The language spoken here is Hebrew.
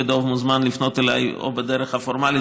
ודב מוזמן לפנות אליי או בדרך הפורמלית